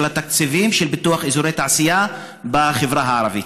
לתקציבים של פיתוח אזורי תעשייה בחברה הערבית.